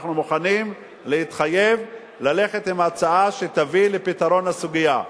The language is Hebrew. אנחנו מוכנים להתחייב ללכת עם הצעה שתביא לפתרון הסוגיה.